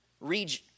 read